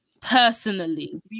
Personally